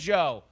Joe